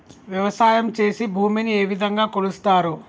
వ్యవసాయం చేసి భూమిని ఏ విధంగా కొలుస్తారు?